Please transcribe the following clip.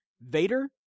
Vader